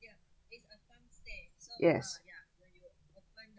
yes